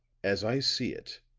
as i see it,